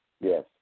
Yes